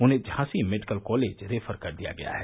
उन्हें Jhansi medical college refer कर दिया गया है